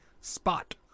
spot